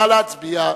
נא להצביע.